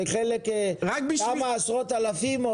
שחלק כמה עשרות אלפים,